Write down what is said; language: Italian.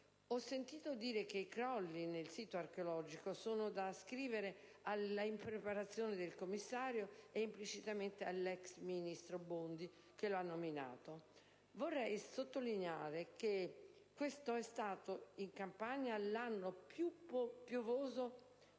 Ho sentito dire che i crolli nel sito archeologico sono da ascrivere all'impreparazione del commissario e, implicitamente, all'*ex* ministro Bondi, che lo ha nominato. Vorrei sottolineare che in Campania questo è stato l'anno più piovoso